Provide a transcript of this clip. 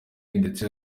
ndetse